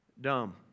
Dumb